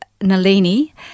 Nalini